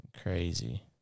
crazy